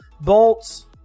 Bolts